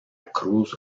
cruz